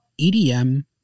EDM